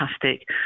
fantastic